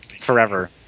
forever